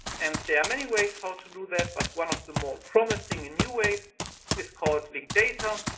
and there are many ways ah to do that but one of the more promising and new ways is called link data.